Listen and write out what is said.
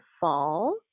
fall